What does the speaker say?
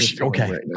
Okay